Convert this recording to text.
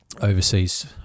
overseas